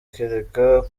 kereka